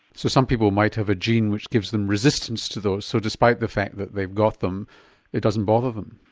so some people might have a gene which gives them resistance to those, so despite the fact that they've got them it doesn't bother them?